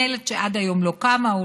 מינהלת שעד היום לא קמה.